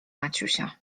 maciusia